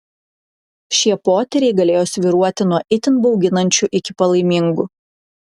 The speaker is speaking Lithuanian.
šie potyriai galėjo svyruoti nuo itin bauginančių iki palaimingų